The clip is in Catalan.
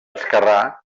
esquerrà